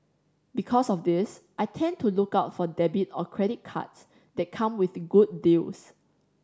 because of this I tend to look out for debit or credit cards that come with good deals